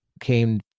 came